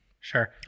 sure